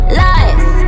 lies